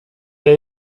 est